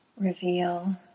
reveal